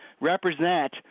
represent